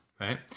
right